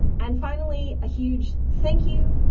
and finally, a huge thank you,